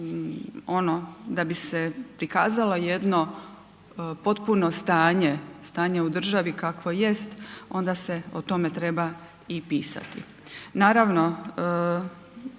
da bi se prikazala jedno potpuno stanje, stanje u državi kakvo jest onda se o tome treba i pisati.